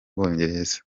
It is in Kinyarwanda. bwongereza